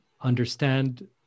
understand